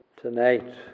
tonight